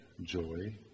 joy